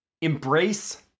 embrace